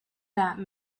that